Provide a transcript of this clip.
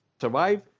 survive